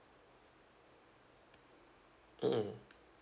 mm